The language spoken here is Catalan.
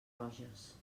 roges